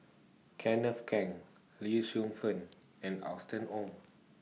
Kenneth Keng Lee Shu Fen and Austen Ong